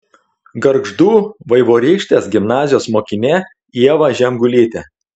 gargždų vaivorykštės gimnazijos mokinė ieva žemgulytė